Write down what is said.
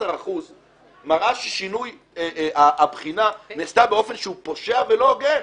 ל-12% מראה ששינוי הבחינה נעשה באופן שהוא פושע ולא הוגן.